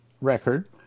record